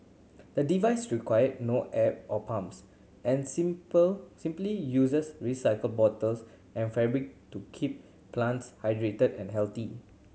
the device require no app or pumps and simple simply uses recycled bottles and fabric to keep plants hydrated and healthy